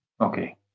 Okay